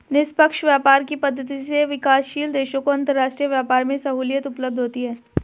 निष्पक्ष व्यापार की पद्धति से विकासशील देशों को अंतरराष्ट्रीय व्यापार में सहूलियत उपलब्ध होती है